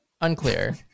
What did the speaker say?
unclear